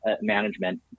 management